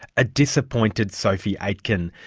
a disappointed sophie aitken,